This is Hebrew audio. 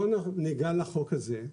בואו ניגע לחוק הזה.